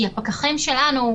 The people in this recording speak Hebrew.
כי הפקחים שלנו,